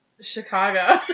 Chicago